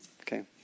okay